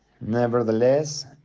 nevertheless